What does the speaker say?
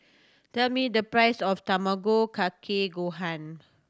tell me the price of Tamago Kake Gohan